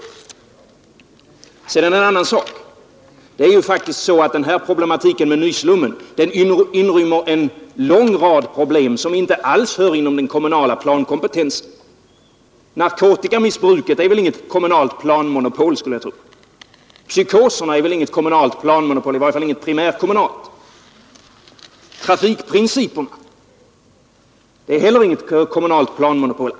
Sedan en annan sak. Problematiken med nyslummen inrymmer en lång rad problem, som inte alls hör hemma inom den kommunala plankompetensen. Narkotikamissbruket är väl inget kommunalt planmonopol, skulle jag tro. Psykoserna är väl inget kommunalt planmonopol, i varje fall inget primärkommunalt. Trafikprinciperna är heller inget kommunalt planmonopol.